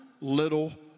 little